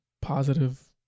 positive